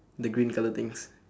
the green colour things